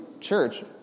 church